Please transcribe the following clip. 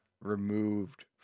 removed